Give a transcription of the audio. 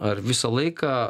ar visą laiką